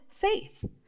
faith